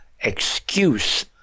excuse